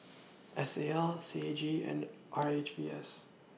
S A L C A G and R H V S